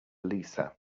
lisa